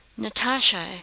natasha